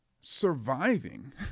surviving